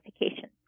notification